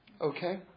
Okay